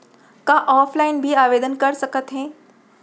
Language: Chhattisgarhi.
का ऑफलाइन भी आवदेन कर सकत हे?